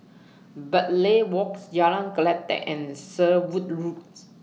Bartley Walks Jalan Kledek and Sherwood Roads